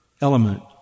element